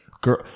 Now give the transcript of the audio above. Girl